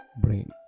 brain